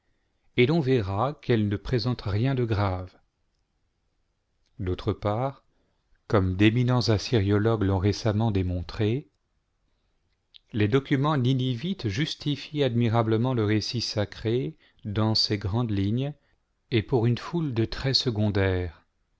et l'on verra qu'elles ne présentent rien de grave d'autre part comme d'éminents assyriologues l'ont récemment démontré les documents ninivites justifient admirablement le récit sacré dans ses grandes ligneset pour une foule detraits secondaires